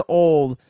old